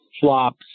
flops